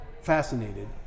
fascinated